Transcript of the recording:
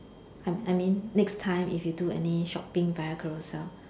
I I mean next time if you do any shopping via Carousell